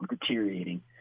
deteriorating